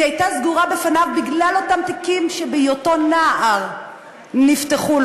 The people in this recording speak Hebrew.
היא הייתה סגורה בפניו בגלל אותם תיקים שבהיותו נער נפתחו לו,